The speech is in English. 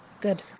Good